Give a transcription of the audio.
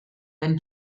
den